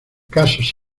casos